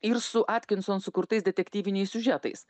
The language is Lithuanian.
ir su atkinson sukurtais detektyviniais siužetais